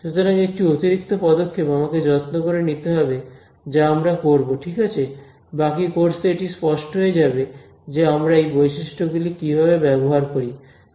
সুতরাং একটি অতিরিক্ত পদক্ষেপ আমাকে যত্ন করে নিতে হবে যা আমরা করব ঠিক আছে বাকি কোর্সে এটি স্পষ্ট হয়ে যাবে যে আমরা এই বৈশিষ্ট্যগুলি কীভাবে ব্যবহার করি